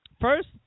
First